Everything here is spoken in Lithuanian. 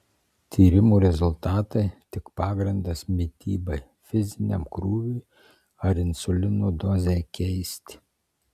tyrimų rezultatai tik pagrindas mitybai fiziniam krūviui ar insulino dozei keisti